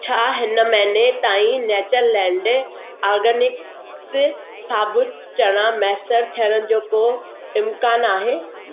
छा हिन महिने ताईं नैचरलैंड ऑर्गनिक्स साबुत चणा मुयसरु थियण जो को इम्कानु आहे